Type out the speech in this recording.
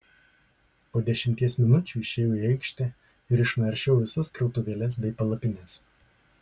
po dešimties minučių išėjau į aikštę ir išnaršiau visas krautuvėles bei palapines